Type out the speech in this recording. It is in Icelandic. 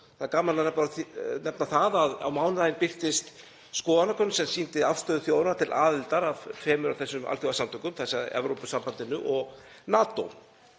Það er gaman að nefna það að á mánudaginn birtist skoðanakönnun sem sýndi afstöðu þjóðarinnar til aðildar að tveimur af þessum alþjóðasamtökum, þ.e. Evrópusambandinu og NATO.